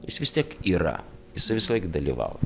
jis vis tiek yra jisai visąlaik dalyvauja